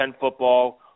football